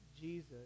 Jesus